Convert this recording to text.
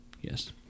Yes